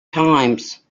times